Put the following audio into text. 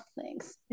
thanks